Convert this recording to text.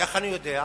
איך אני יודע?